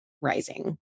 Rising